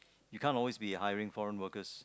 you can't always be hiring foreign workers